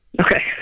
Okay